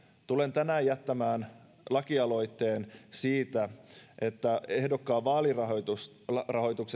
tulen tänään jättämään lakialoitteen siitä että ehdokkaan vaalirahoituksesta